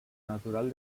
natural